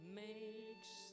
makes